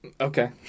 okay